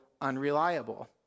unreliable